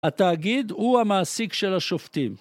התאגיד הוא המעסיק של השופטים.